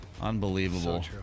Unbelievable